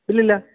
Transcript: ഇല്ലില്ല